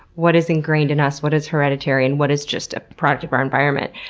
what is ingrained in us, what is hereditary, and what is just a product of our environment?